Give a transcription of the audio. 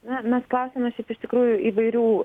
na mes klausėm šiaip iš tikrųjų įvairių